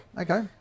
Okay